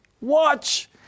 watch